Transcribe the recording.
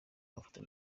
mafoto